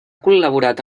col·laborat